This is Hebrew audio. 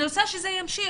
אני רוצה שזה ימשיך,